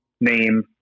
name